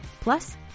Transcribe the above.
Plus